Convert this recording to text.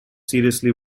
seriously